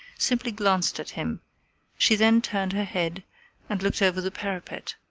simply glanced at him she then turned her head and looked over the parapet,